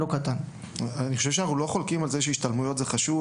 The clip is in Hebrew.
אני חושב שאנחנו לא חולקים על כך שהשתלמויות הן דבר חשוב,